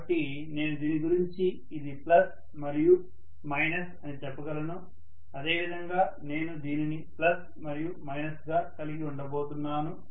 కాబట్టి నేను దీని గురించి ఇది ప్లస్ మరియు మైనస్ అని చెప్పగలను అదేవిధంగా నేను దీనిని ప్లస్ మరియు మైనస్ గా కలిగి ఉండబోతున్నాను